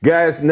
Guys